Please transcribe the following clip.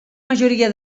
majoria